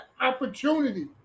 opportunity